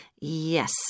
Yes